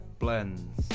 blends